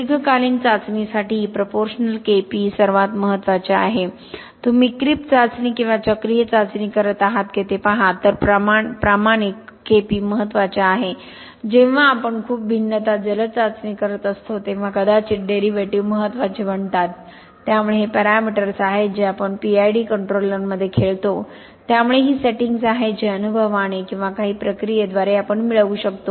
दीर्घकालीन चाचणीसाठी प्रोपोरश्नल सर्वात महत्वाचे आहे तुम्ही क्रिप चाचणी किंवा चक्रीय चाचणी करत आहात का ते पहा तर प्रमाणिक महत्वाचे आहे जेव्हा आपण खूप भिन्नता जलद चाचणी करत असतो तेव्हा कदाचित डेरिव्हेटिव्ह महत्त्वाचे बनतात त्यामुळे हे पॅरामीटर्स आहेत जे आपण PID कंट्रोलरमध्ये खेळतो त्यामुळे ही सेटिंग्ज आहेत जी अनुभवाने किंवा काही प्रक्रियेद्वारे आपण मिळवू शकतो